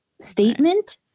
statement